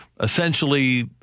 essentially